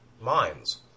minds